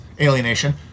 alienation